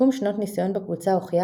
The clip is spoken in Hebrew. סיכום שנות ניסיון בקבוצה הוכיח,